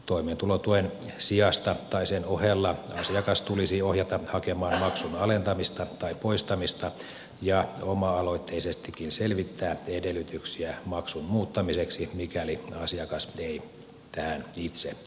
toimeentulotuen sijasta tai sen ohella asiakas tulisi ohjata hakemaan maksun alentamista tai poistamista ja oma aloitteisestikin selvittää edellytyksiä maksun muuttamiseksi mikäli asiakas ei tähän itse kykene